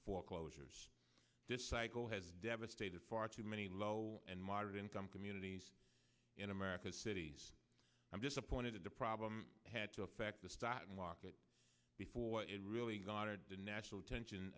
foreclosures this cycle has devastated far too many low and moderate income communities in america's cities i'm disappointed the problem had to affect the stock market before it really goddard the national attention